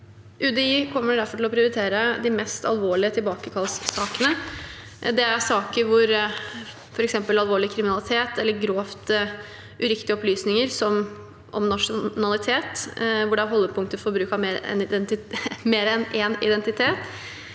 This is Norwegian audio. UDI kommer derfor til å prioritere de mest alvorlige tilbakekallssakene. Det er saker om f.eks. alvorlig kriminalitet eller grovt uriktige opplysninger om nasjonalitet, hvor det er holdepunkter for bruk av mer enn én identitet,